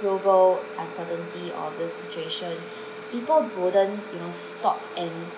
global uncertainty or this situation people wouldn't you know stop and